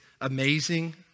amazing